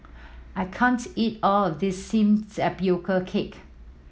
I can't eat all of this steamed tapioca cake